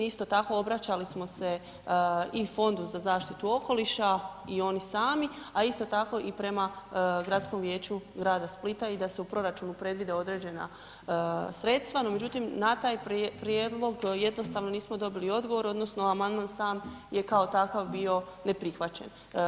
Isto tako, obraćali smo se i Fondu za zaštitu okoliša i oni sami, a isto tako i prema Gradskom vijeću grada Splita i da se u proračunu predvide određena sredstva, no međutim, na taj prijedlog jednostavno nismo dobili odgovor, odnosno amandman sam je kao takav bio neprihvaćen.